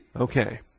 Okay